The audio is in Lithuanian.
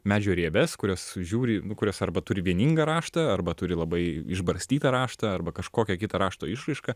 medžio rieves kurios žiūri nu kurios arba turi vieningą raštą arba turi labai išbarstytą raštą arba kažkokią kito rašto išraišką